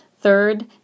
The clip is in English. Third